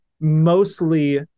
mostly